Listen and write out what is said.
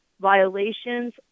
violations